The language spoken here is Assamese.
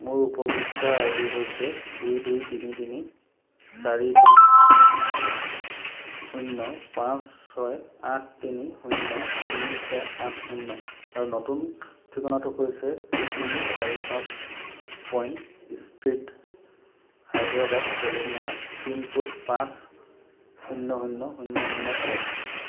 মোৰ উপভোক্তা আই ডি হৈছে দুই দুই তিনি তিনি চাৰি শূন্য পাঁচ ছয় আঠ তিনি শূন্য তিনি ছয় আঠ শূন্য আৰু নতুন ঠিকনাটো হৈছে দুই তিনি চাৰি পাঁচ Pine Street Hyderabad Telangana pincode পাঁচ শূন্য শূন্য শূন্য শূন্য এক